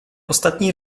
ostatni